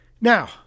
Now